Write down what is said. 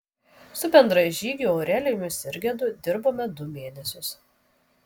su bendražygiu aurelijumi sirgedu dirbome du mėnesius